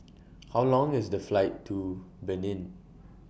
How Long IS The Flight to Benin